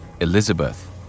Elizabeth